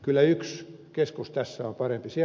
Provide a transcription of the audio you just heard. kyllä yksi keskus tässä on parempi